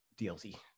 DLC